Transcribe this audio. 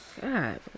God